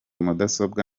mudasobwa